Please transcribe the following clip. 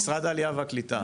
משרד העלייה והקליטה,